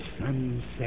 sunset